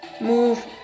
move